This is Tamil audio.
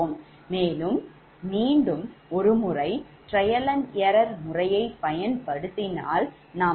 மேலும் மீண்டும் ஒரு முறை trial and error முறையை பயன்படுத்தினால் நாம் பெறுவது 𝛿31−5